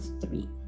three